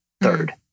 third